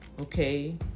okay